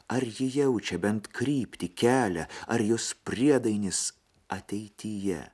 ar ji jaučia bent kryptį kelią ar jos priedainis ateityje